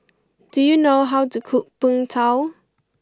do you know how to cook Png Tao